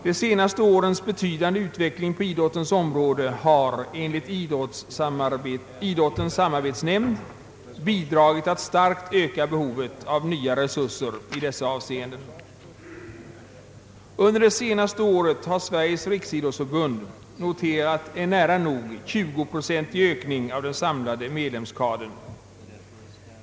De senaste årens betydande utveckling på idrottens område har enligt idrottens samarbetsnämnd bidragit till att starkt öka behovet av nya resurser i dessa avseenden. Under det senaste året har Riksidrottsförbundet noterat en nära nog 20-procentig ökning av den samlade medlemskadern.